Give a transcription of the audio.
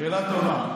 שאלה טובה,